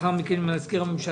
ולאחר מכן עם מזכיר הממשלה,